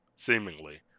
seemingly